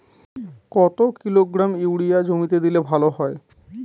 কত kilogram urea জমিতে দিলে ভালো হয়?